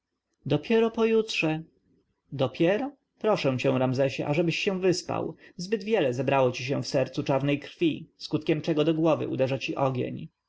dopiero pojutrze dopiero proszę cię ramzesie ażebyś się wyspał zbyt wiele zebrało ci się w sercu czarnej krwi skutkiem czego do głowy uderza ci ogień